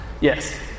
Yes